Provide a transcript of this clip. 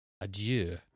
adieu